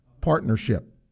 partnership